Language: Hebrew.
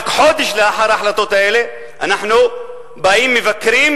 רק חודש לאחר ההחלטות האלה אנחנו באים ומבקרים